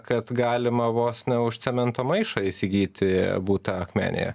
kad galima vos ne už cemento maišą įsigyti butą akmenėje